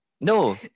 No